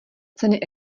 ceny